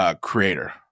creator